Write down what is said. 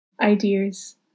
ideas